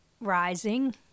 rising